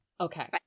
Okay